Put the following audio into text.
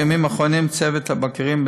בימים האחרונים צוות הבקרים,